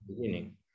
beginning